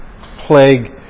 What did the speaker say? plague